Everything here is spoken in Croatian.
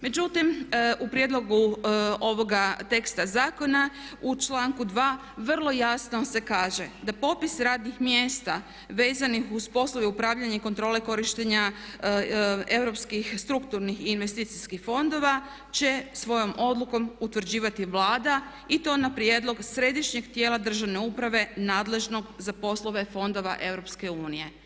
Međutim, u prijedlogu ovoga teksta zakona u članku 2. vrlo jasno se kaže da popis radnih mjesta vezanih uz poslove upravljanja i kontrole korištenja europskih strukturnih i investicijskih fondova će svojom odlukom utvrđivati Vlada i to na prijedlog središnjeg tijela državne uprave nadležnog za poslove fondova EU.